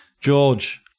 George